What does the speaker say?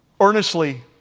earnestly